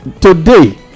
Today